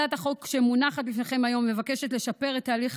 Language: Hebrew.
הצעת החוק שמונחת לפניכם היום מבקשת לשפר את הליך